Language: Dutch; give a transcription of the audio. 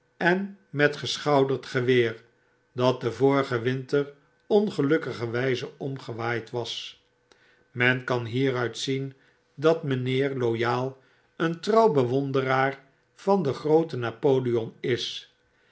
en met geschouderd geweer dat den vorigen winter ongelukkigerwyze omgewaaid was men kan hieruit zien dat mynheer loyal een trouw bewonderaar van den grooten napoleon is